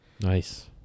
Nice